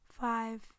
five